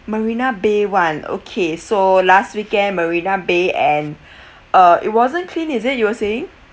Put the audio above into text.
marina bay [one] okay so last weekend marina bay and uh it wasn't clean is it you were saying